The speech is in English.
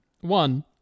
One